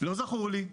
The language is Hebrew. לא זכור לי,